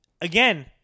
Again